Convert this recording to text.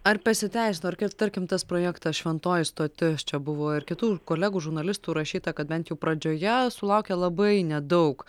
ar pasiteisino ar tarkim tas projektas šventoji stotis čia buvo ir kitų kolegų žurnalistų rašyta kad bent jau pradžioje sulaukė labai nedaug